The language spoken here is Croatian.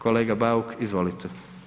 Kolega Bauk izvolite.